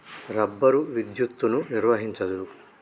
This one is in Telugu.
రబ్బరు విద్యుత్తును నిర్వహించదు